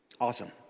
Awesome